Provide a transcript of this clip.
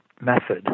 method